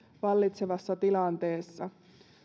vallitsevassa tilanteessa